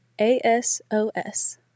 A-S-O-S